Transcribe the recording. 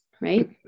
right